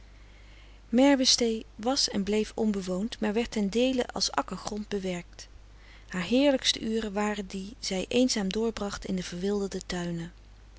merwestee was en bleef onbewoond maar werd ten deele als akkergrond bewerkt haar heerlijkste uren waren die zij eenzaam doorbracht in de verwilderde tuinen